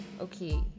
okay